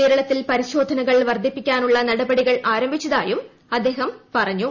കേരളത്തിൽ പരിശോധനകൾ വർദ്ധിപ്പിക്കാനുളള നടപടികൾ ആരംഭിച്ചതായും അദ്ദേഹം പറഞ്ഞു